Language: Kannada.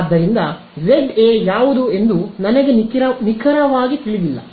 ಆದ್ದರಿಂದ ಜೆಡ್ ಎ ಯಾವುದು ಎಂದು ನನಗೆ ನಿಖರವಾಗಿ ತಿಳಿದಿಲ್ಲ